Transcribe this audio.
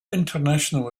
international